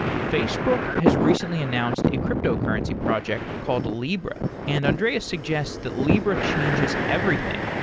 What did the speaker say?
facebook has recently announced a cryptocurrency project called libra, and andreas suggests that libra changes everything.